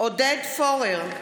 עודד פורר,